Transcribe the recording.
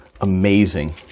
amazing